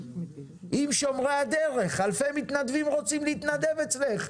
עם שומרי הדרך, אלפי מתנדבים רוצים להתנדב אצלך,